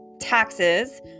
taxes